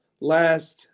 last